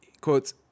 Quotes